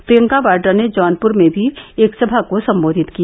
प्रियंका वाड्रा ने जौनपुर में भी एक सभा को संम्बोधित किया